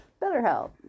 betterhelp